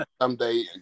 someday